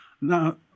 now